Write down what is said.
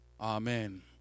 Amen